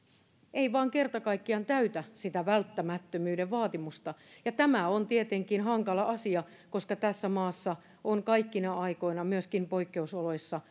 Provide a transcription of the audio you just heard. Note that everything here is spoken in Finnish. ei vain kerta kaikkiaan täytä sitä välttämättömyyden vaatimusta ja tämä on tietenkin hankala asia koska tässä maassa on kaikkina aikoina myöskin poikkeusoloissa